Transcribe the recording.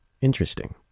Interesting